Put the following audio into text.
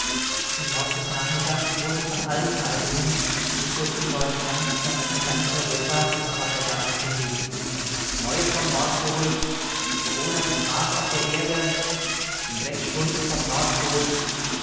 im lauf des nachmittags wurden von allen zeitungen nicht bloß in deutschland sondern in ganz europa extrablätter ausgegeben neues vom nordpol die bewohner des mars auf der erde in sechs stunden vom nordpol